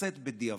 לכנסת בדיעבד,